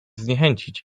zniechęcić